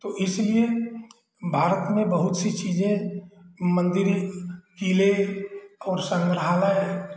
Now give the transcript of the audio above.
तो इसलिए भारत में बहुत सी चीजें मंदिरें किले और संग्रहालय